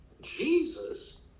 Jesus